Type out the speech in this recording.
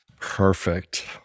Perfect